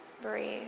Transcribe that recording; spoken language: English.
Breathe